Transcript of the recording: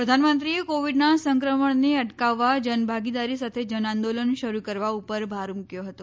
પ્રધાનમંત્રીએ કોવિડના સંક્રમણને અટકાવવા જનભાગદારી સાથે જનઆંદોલન શરૂ કરવા ઉપર ભાર મૂક્યો હતો